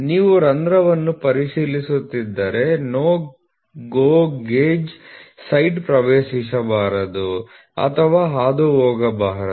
ನೀವು ರಂಧ್ರವನ್ನು ಪರಿಶೀಲಿಸುತ್ತಿದ್ದರೆ NO GO ಗೇಜ್ ಸೈಡ್ ಪ್ರವೇಶಿಸಬಾರದು ಅಥವಾ ಹಾದುಹೋಗಬಾರದು